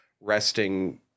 resting